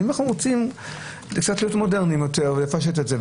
אבל אם אנחנו רוצים קצת להיות מודרניים יותר ולפשט את זה,